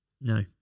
no